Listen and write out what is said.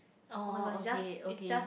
oh oh okay okay